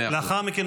לאחר מכן,